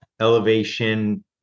elevation